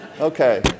Okay